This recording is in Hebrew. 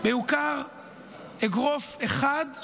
בעיקר אגרוף אחד,